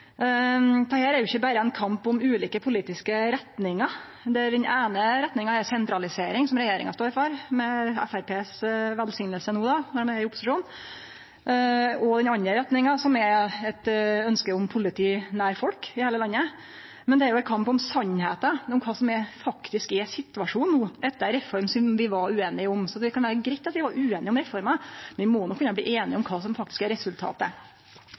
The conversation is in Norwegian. er ikkje berre ein kamp om ulike politiske retningar – der den eine retninga er sentralisering, som regjeringa står for, med Framstegspartiets velsigning no når ein er i opposisjon, og den andre retninga, som er eit ønske om politi nær folk i heile landet – det er ein kamp om sanninga, om kva som faktisk er situasjonen no etter ei reform som vi var ueinige om. Det kan vere greitt at vi var ueinige om reforma, men vi må kunne bli einige om kva som faktisk er resultatet.